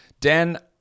Dan